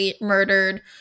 murdered